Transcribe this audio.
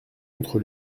entre